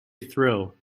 thrill